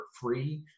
free